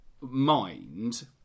mind